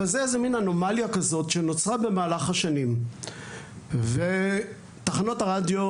אבל זה איזה מין אנומליה כזאת שנוצרה במהלך השנים ותחנות הרדיו,